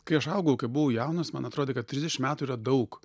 kai aš augau kai buvau jaunas man atrodė kad trisdešim metų yra daug